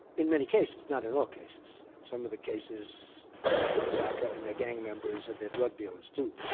in many cases not in all cases. in some of the cases they're having daca and they're gang members and they're drug dealers too.